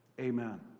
Amen